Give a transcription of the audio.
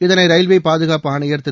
இதனை ரயில்வே பாதுகாப்பு ஆணையர் திரு